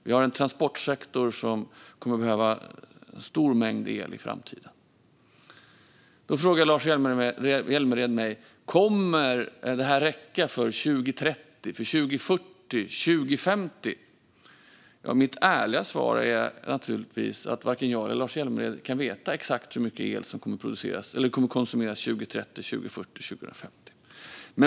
Vi har en transportsektor som kommer att behöva en stor mängd el i framtiden. Lars Hjälmered frågar mig: Kommer det att räcka för 2030, 2040 och 2050? Mitt ärliga svar är naturligtvis att varken jag eller Lars Hjälmered kan veta exakt hur mycket el som kommer att produceras eller konsumeras 2030, 2040 och 2050.